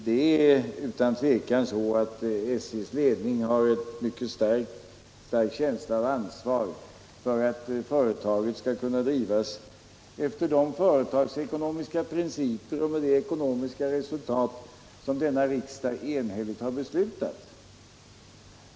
Det är utan tvivel så, att SJ:s ledning har en mycket stark känsla av ansvar för att företaget skall kunna drivas efter företagsekonomiska principer och ge ekonomiska resultat i enlighet med vad denna riksdag enhälligt har beslutat.